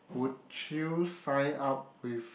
would you sign up with